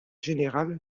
général